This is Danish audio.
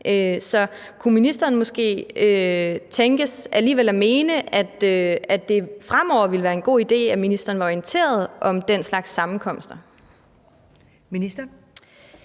Så kunne ministeren måske alligevel tænkes at mene, at det fremover ville være en god idé, at ministeren blev orienteret om den slags sammenkomster? Kl.